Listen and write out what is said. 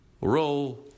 roll